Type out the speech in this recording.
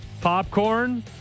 popcorn